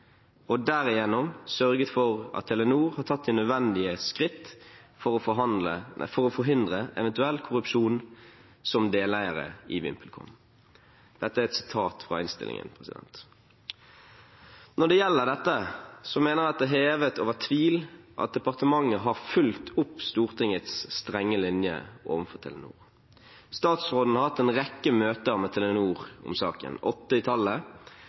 og derigjennom sørget for at Telenor har tatt de nødvendige skritt for å forhindre eventuell korrupsjon som deleiere i VimpelCom.» Dette er et sitat fra innstillingen. Når det gjelder dette, mener jeg at det er hevet over tvil at departementet har fulgt opp Stortingets strenge linje overfor Telenor. Statsråden har hatt en rekke møter med Telenor om saken, åtte i tallet,